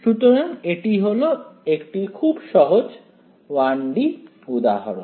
সুতরাং এটি হলো একটি খুব সহজ 1 D উদাহরণ